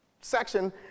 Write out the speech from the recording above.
section